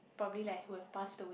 probably who have passed away